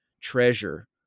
treasure